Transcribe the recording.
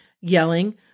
yelling